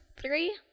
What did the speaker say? Three